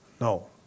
No